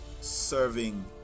serving